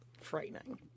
Frightening